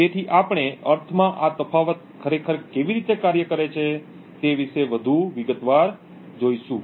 તેથી આપણે અર્થમાં આ તફાવત ખરેખર કેવી રીતે કાર્ય કરે છે તે વિશે વધુ વિગતવાર જોશું